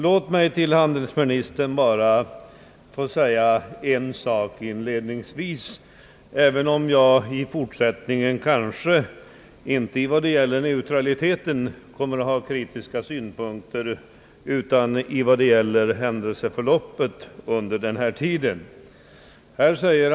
Låt mig till handelsministern inledningsvis få säga en sak, även om jag i fortsättningen kanske inte kommer att ha kritiska synpunkter på neutraliteten, utan om händelseförloppet under den tid som här är aktuell.